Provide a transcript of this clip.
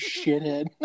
shithead